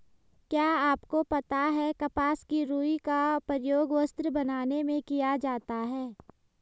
क्या आपको पता है कपास की रूई का प्रयोग वस्त्र बनाने में किया जाता है?